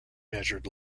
measured